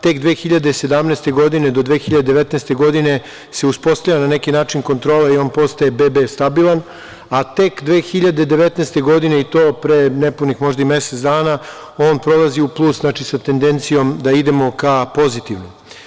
Tek 2017. godine do 2019. godine se uspostavlja na neki način kontrola i on postaje BB stabilan, a tek 2019. godine i to pre nepunih možda i mesec dana, on prelazi u plus, znači sa tendencijom da idemo ka pozitivnom.